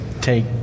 take